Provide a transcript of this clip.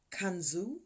Kanzu